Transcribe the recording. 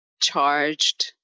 charged